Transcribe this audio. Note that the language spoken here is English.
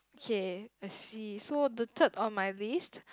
okay I see so the third on my list